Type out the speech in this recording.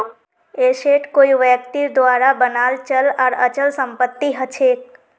asset कोई व्यक्तिर द्वारा बनाल चल आर अचल संपत्ति हछेक